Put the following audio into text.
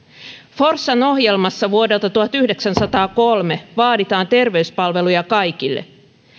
forssan ohjelmassa vuodelta tuhatyhdeksänsataakolme vaaditaan terveyspalveluja kaikille